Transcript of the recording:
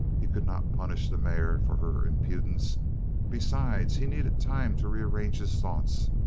he could not punish the mare for her impudence besides, he needed time to rearrange his thoughts.